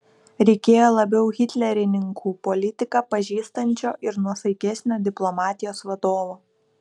reikėjo labiau hitlerininkų politiką pažįstančio ir nuosaikesnio diplomatijos vadovo